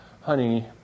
honey